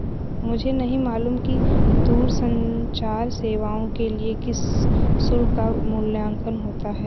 मुझे नहीं मालूम कि दूरसंचार सेवाओं के लिए किस शुल्क का मूल्यांकन होता है?